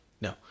No